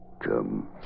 Come